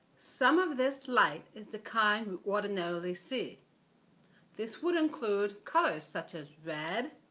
some of this light is the kind we ordinarily see this will include colors such as red,